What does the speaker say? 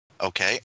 Okay